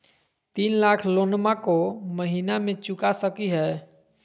तीन लाख लोनमा को महीना मे चुका सकी हय?